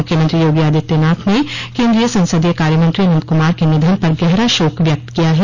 मुख्यमंत्री योगी आदित्यनाथ ने केन्द्रीय संसदीय कार्यमंत्री अनंत कुमार के निधन पर गहरा शोक व्यक्त किया है